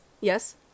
Yes